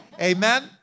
Amen